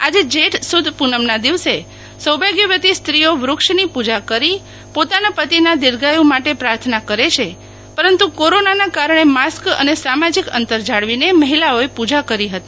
આજે જેઠ સુદ પૂનમનાં દિવસે સૌભાગ્યવતી સ્ત્રીઓ વૃક્ષની પૂજા કરી પોતાના પતિના દીર્ઘાયુ માટે પ્રાર્થના કરે છે પરંતુ કોરોના ને કારણે માસ્ક અને સામાજિક અંતર જાળવીને મહિલાઓ એ પૂજા કરી હતી